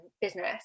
business